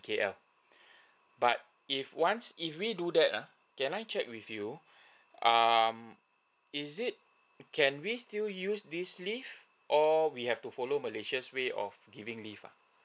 K_L but if once if we do that uh can I check with you um is it can we still use this leave or we have to follow malaysian way of giving leave uh